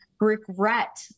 regret